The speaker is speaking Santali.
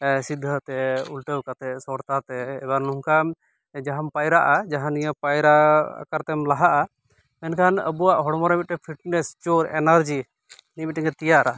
ᱥᱤᱫᱷᱟᱹ ᱛᱮ ᱩᱞᱴᱟᱹᱣ ᱠᱟᱛᱮ ᱥᱚᱲᱛᱟ ᱛᱮ ᱮᱵᱟᱨ ᱱᱚᱝᱠᱟᱢ ᱡᱟᱦᱟᱢ ᱯᱟᱭᱨᱟᱼᱟ ᱡᱟᱦᱟᱸ ᱱᱤᱭᱟᱹ ᱯᱟᱭᱨᱟ ᱟᱠᱟᱨᱛᱮᱢ ᱞᱟᱦᱟᱼᱟ ᱢᱮᱱᱠᱷᱟᱱ ᱟᱵᱟᱣᱟᱜ ᱦᱚᱲᱢᱚᱨᱮ ᱢᱤᱫᱴᱮᱱ ᱯᱷᱤᱴᱱᱮᱥ ᱡᱳᱨ ᱮᱱᱟᱨᱡᱤ ᱱᱤᱭᱟᱹ ᱢᱤᱫᱴᱮᱱᱮ ᱛᱮᱭᱟᱨᱟ